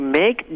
make